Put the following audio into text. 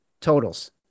totals